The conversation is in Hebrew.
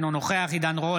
אינו נוכח עידן רול,